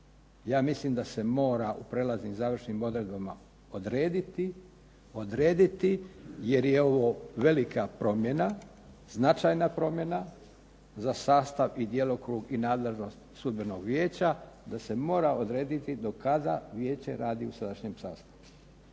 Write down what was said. Ja mislim da se mora u prijelaznim i završnim odredbama odrediti jer je ovo velika promjena, značajna promjene za sastav i djelokrug i nadležnost sudbenog vijeća, da se mora odrediti do kada vijeće radi u sadašnjem sastavu.